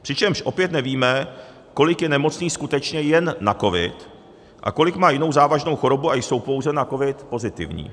Přičemž opět nevíme, kolik je nemocných skutečně jen na covid a kolik má jinou závažnou chorobu a jsou pouze na covid pozitivní.